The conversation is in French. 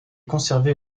conservé